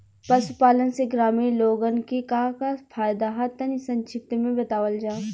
पशुपालन से ग्रामीण लोगन के का का फायदा ह तनि संक्षिप्त में बतावल जा?